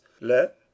let